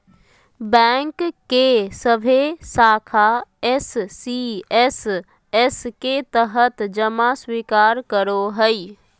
bank के सभे शाखा एस.सी.एस.एस के तहत जमा स्वीकार करो हइ